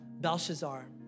Belshazzar